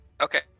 Okay